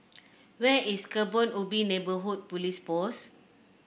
where is Kebun Ubi Neighbourhood Police Post